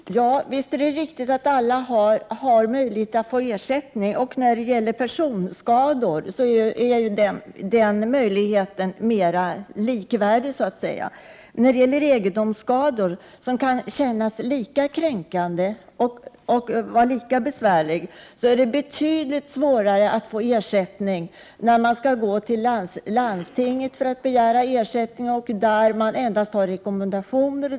Herr talman! Visst är det riktigt att alla har möjlighet att få ersättning. När det gäller personskador är den möjligheten likvärdig. Men när det gäller egendomsskador, som kan kännas lika kränkande och vara lika besvärliga, är det betydligt svårare att få ersättning. Man måste gå till landsting för att begära ersättning, och där har man endast rekommendationer.